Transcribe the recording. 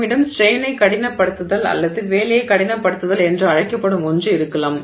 நம்மிடம் ஸ்ட்ரெய்னை கடினப்படுத்துதல் அல்லது வேலையை கடினப்படுத்துதல் என்று அழைக்கப்படும் ஒன்று இருக்கலாம்